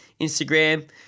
Instagram